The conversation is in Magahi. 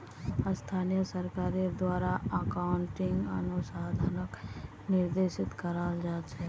स्थानीय सरकारेर द्वारे अकाउन्टिंग अनुसंधानक निर्देशित कराल जा छेक